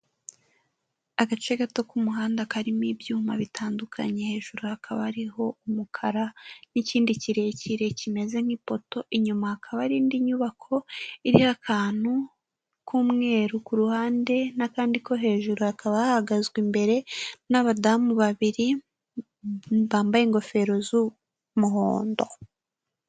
Agace gato k'umuhanda karimo ibyuma bitandukanye, hejuru hakaba hariho umukara n'ikindi kirekire kimeze nk'ipoto, inyuma hakaba hari indi nyubako iriho akantu k'umweru ku ruhande n'akandi ko hejuru, hakaba hahagazwe imbere n'abadamu babiri bambaye ingofero z'umuhondo.